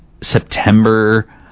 september